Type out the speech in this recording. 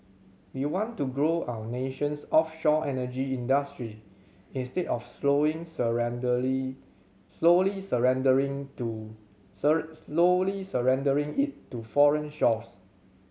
we want to grow our nation's offshore energy industry instead of slowing slowly surrendering to slowly surrendering it to foreign shores